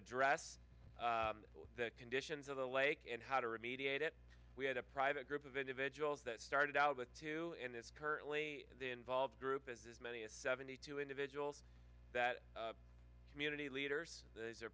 address the conditions of the lake and how to remediate it we had a private group of individuals that started out with two and this currently involved group as many as seventy two individuals that community leaders are